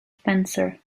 spencer